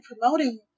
promoting